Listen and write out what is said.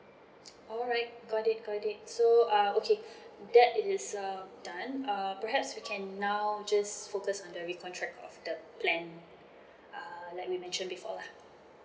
alright got it got it so uh okay that is um done uh perhaps we can now just focus on the recontract of the plan uh like we mentioned before lah